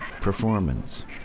performance